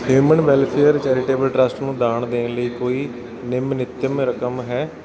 human welfare charitable trust ਨੂੰ ਦਾਨ ਦੇਣ ਲਈ ਕੋਈ ਨਿਮਨਤਮ ਰਕਮ ਹੈ